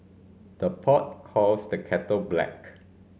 the pot calls the kettle black